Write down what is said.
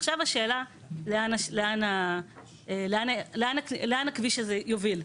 עכשיו השאלה היא לאן הכביש הזה יוביל,